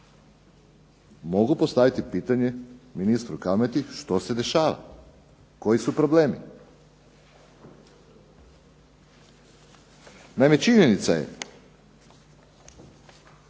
mogu postaviti pitanje ministru Kalmeti što se dešava, koji su problemi? Naime, činjenica je